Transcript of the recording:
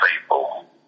people